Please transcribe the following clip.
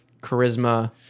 charisma